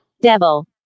Devil